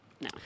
no